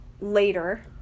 later